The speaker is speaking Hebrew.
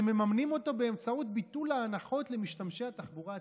ואתם מממנים אותו באמצעות ביטול ההנחות למשתמשי התחבורה הציבורית?